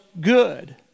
good